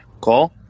call